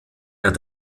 der